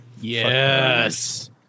Yes